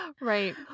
Right